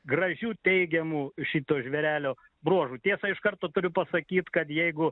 gražių teigiamų šito žvėrelio bruožų tiesa iš karto turiu pasakyt kad jeigu